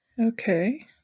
Okay